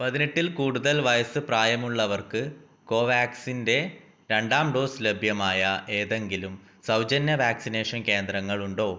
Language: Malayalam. പതിനെട്ടിൽ കൂടുതൽ വയസ്സ് പ്രായമുള്ളവർക്ക് കോവാക്സിൻ്റെ രണ്ടാം ഡോസ് ലഭ്യമായ ഏതെങ്കിലും സൗജന്യ വാക്സിനേഷൻ കേന്ദ്രങ്ങളുണ്ടോ